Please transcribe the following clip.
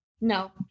No